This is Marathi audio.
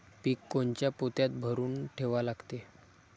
पीक कोनच्या पोत्यात भरून ठेवा लागते?